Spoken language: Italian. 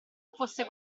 fosse